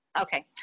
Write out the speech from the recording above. Okay